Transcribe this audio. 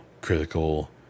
critical